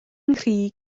nghri